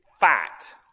fact